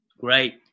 Great